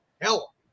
Hell